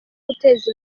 guteza